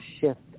shift